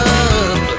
up